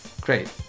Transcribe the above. great